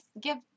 give